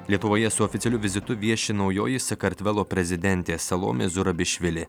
lietuvoje su oficialiu vizitu vieši naujoji sakartvelo prezidentė salomė zurabišvili